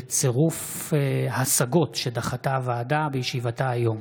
בצירוף השגות שדחתה הוועדה בישיבתה היום.